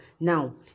Now